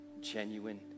genuine